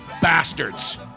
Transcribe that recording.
bastards